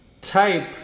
type